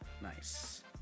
nice